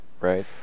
Right